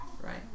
right